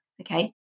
okay